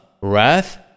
wrath